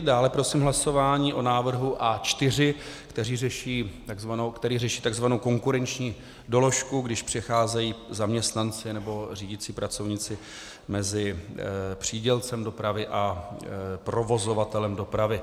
Dále prosím hlasování o návrhu A4, který řeší takzvanou konkurenční doložku, když přecházejí zaměstnanci nebo řídící pracovníci mezi přídělcem dopravy a provozovatelem dopravy.